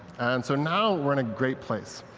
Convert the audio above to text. and so now we're in a great place,